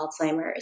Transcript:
alzheimer's